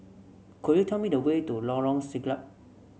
could you tell me the way to Lorong Siglap